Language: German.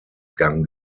gang